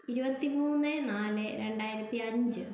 ഇരുപത്തി മൂന്ന് നാല് രണ്ടായിരത്തി അഞ്ച്